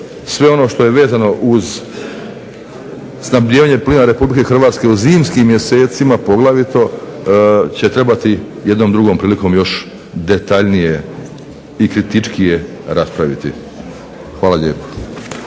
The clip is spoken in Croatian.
sve ono što je vezano uz snabdjenje plina Republike Hrvatske u zimskim mjesecima poglavito će trebati jednom drugom prilikom još detaljnije i kritičkije raspraviti. Hvala lijepo.